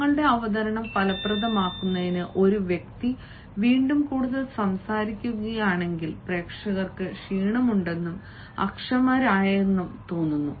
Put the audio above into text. നിങ്ങളുടെ അവതരണം ഫലപ്രദമാക്കുന്നതിന് ഒരു വ്യക്തി വീണ്ടും കൂടുതൽ സംസാരിക്കുകയാണെങ്കിൽ പ്രേക്ഷകർക്ക് ക്ഷീണമുണ്ടെന്നും അക്ഷമയാണെന്നും തോന്നുന്നു